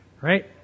right